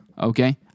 Okay